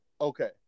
Okay